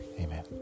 Amen